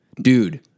Dude